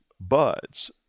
buds